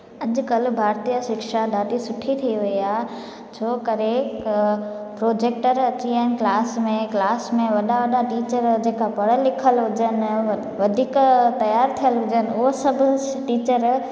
अॼुकल्ह भारतीय शिक्षा ॾाढी सुठी थी वई आहे छो करे प्रोजेक्टर अची विया आहिनि क्लास में क्लास में वॾा वॾा टीचर जेका पढ़ियलु लिखियलु हुजनि वधीक तयारु थियलु हुजनि उहो सभु टीचर